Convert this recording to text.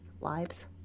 lives